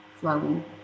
flowing